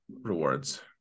rewards